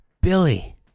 Billy